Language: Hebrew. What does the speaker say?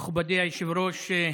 מכובדי היושב-ראש,